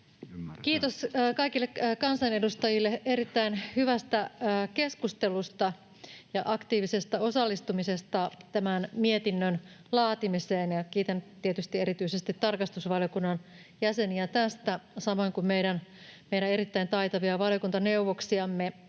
Kiitos kaikille kansanedustajille erittäin hyvästä keskustelusta ja aktiivisesta osallistumisesta tämän mietinnön laatimiseen. Kiitän tietysti erityisesti tarkastusvaliokunnan jäseniä tästä, samoin kuin meidän erittäin taitavia valiokuntaneuvoksiamme.